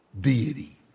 deity